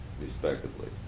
respectively